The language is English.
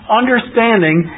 understanding